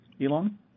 Elon